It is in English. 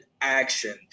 action